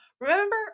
Remember